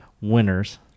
winners